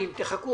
אני יושב במתח.